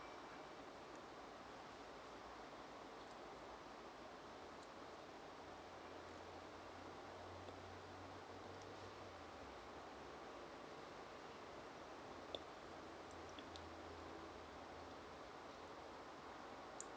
uh